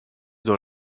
dans